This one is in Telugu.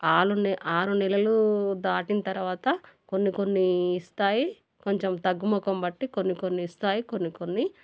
ఆలు న ఆరు నెలలు దాటిన తరువాత కొన్ని కొన్ని ఇస్తాయి కొంచెం తగ్గు మొఖం బట్టి కొన్ని కొన్ని ఇస్తాయి కొన్ని కొన్ని